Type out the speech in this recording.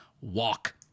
walk